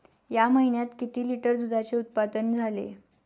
या महीन्यात किती लिटर दुधाचे उत्पादन झाले?